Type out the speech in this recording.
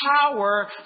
power